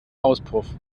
auspuff